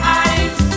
eyes